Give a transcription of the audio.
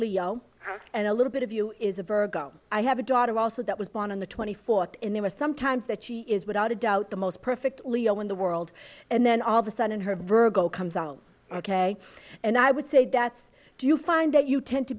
leo and a little bit of you is a virgo i have a daughter also that was born on the twenty fourth in there are some times that she is without a doubt the most perfect leo in the world and then all the sudden her virgo comes out ok and i would say dad do you find that you tend to